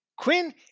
Quinn